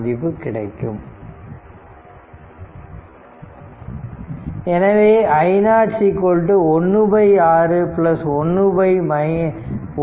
மதிப்பு கிடைக்கும் எனவே i0 16 1 3 i0 3